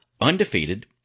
undefeated